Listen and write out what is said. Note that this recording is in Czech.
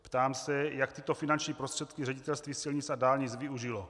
Ptám se, jak tyto finanční prostředky Ředitelství silnic a dálnic využilo.